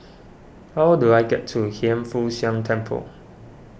how do I get to Hiang Foo Siang Temple